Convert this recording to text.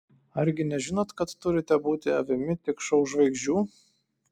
argi nežinot kad turite būti avimi tik šou žvaigždžių